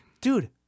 Dude